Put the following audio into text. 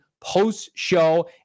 post-show